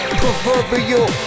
proverbial